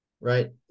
right